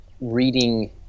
reading